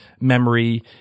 memory